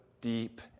deep